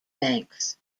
banks